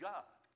God